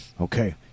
Okay